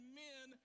men